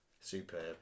Superb